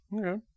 Okay